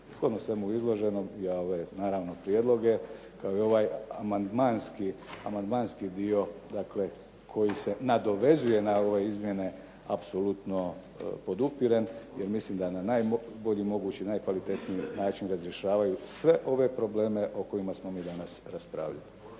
Shodno svemu izloženom ja ove naravno prijedloge kao i ovaj amandmanski dio, dakle koji se nadovezuje na ove izmjene apsolutno podupirem jer mislim da na najbolji mogući i najkvalitetniji način razrješavaju sve ove probleme o kojima smo mi danas raspravljali.